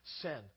sin